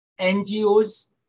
NGOs